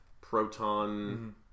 proton